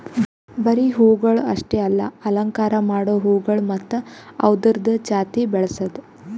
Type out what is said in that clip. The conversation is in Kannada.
ಬರೀ ಹೂವುಗೊಳ್ ಅಷ್ಟೆ ಅಲ್ಲಾ ಅಲಂಕಾರ ಮಾಡೋ ಹೂಗೊಳ್ ಮತ್ತ ಅವ್ದುರದ್ ಜಾತಿ ಬೆಳಸದ್